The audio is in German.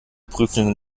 prüfenden